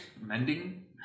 mending